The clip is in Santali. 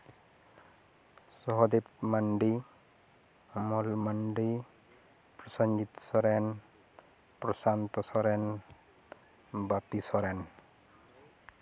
ᱥᱚᱦᱚᱫᱮᱵ ᱢᱟᱱᱰᱤ ᱠᱚᱢᱚᱞ ᱢᱟᱱᱰᱤ ᱯᱚᱥᱮᱱᱡᱤᱛ ᱥᱚᱨᱮᱱ ᱯᱨᱚᱥᱟᱱᱛᱚ ᱥᱚᱨᱮᱱ ᱵᱟᱯᱤ ᱥᱚᱨᱮᱱ